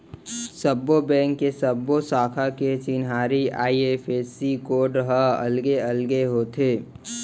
सब्बो बेंक के सब्बो साखा के चिन्हारी आई.एफ.एस.सी कोड ह अलगे अलगे होथे